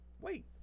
Wait